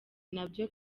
nabyo